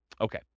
Okay